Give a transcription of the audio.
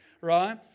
right